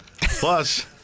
Plus